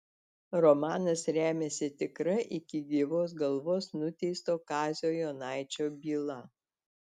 romanas remiasi tikra iki gyvos galvos nuteisto kazio jonaičio byla